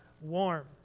warm